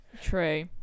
True